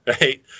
right